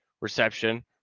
reception